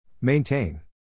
Maintain